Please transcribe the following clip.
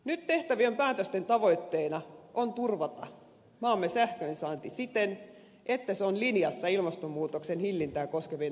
nyt tehtävien päätösten tavoitteena on turvata maamme sähkönsaanti siten että se on linjassa ilmastonmuutoksen hillintää koskevien tavoitteiden kanssa